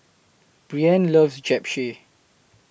Breanne loves Japchae